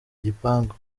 igipangu